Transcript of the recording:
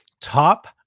top